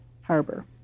Harbor